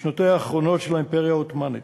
בשנותיה האחרונות של האימפריה העות'מאנית.